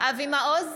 אבי מעוז,